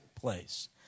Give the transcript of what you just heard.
place